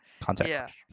contact